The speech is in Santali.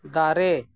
ᱫᱟᱨᱮ